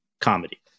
comedy